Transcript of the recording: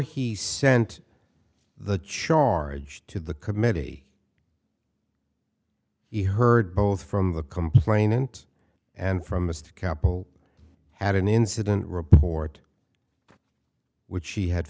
he sent the charge to the committee he heard both from the complainant and from mr kapil had an incident report which he had